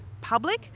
public